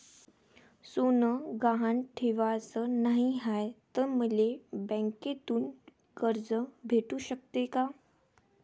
सोनं गहान ठेवाच नाही हाय, त मले बँकेतून कर्ज भेटू शकते का?